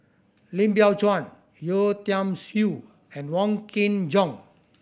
Lim Biow Chuan Yeo Tiam Siew and Wong Kin Jong